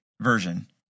version